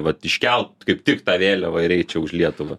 vat iškelt kaip tik tą vėliavą ir eit čia už lietuvą